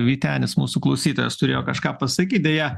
vytenis mūsų klausytojas turėjo kažką pasakyt deja